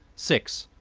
six,